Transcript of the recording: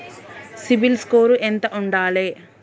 CIBIL score ఎంత ఉండాలే?